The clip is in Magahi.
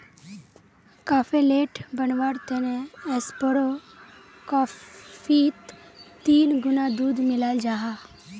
काफेलेट बनवार तने ऐस्प्रो कोफ्फीत तीन गुणा दूध मिलाल जाहा